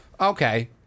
okay